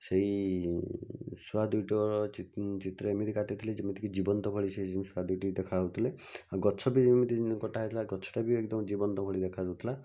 ସେହି ଶୁଆ ଦୁଇଟିର ଚିତ୍ର ଏମିତି କାଟିଥିଲି ଯେମିତିକି ଜୀବନ୍ତ ଭଳି ସେ ଶୁଆ ଦୁଇଟି ଦେଖାଯାଉଥିଲେ ଆଉ ଗଛବି ଏମିତି କଟାଯାଇଥିଲା ଗଛଟା ବି ଏକଦମ ଜୀବନ୍ତ ଭଳି ଦେଖାଯାଉଥିଲା